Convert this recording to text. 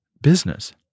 business